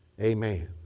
amen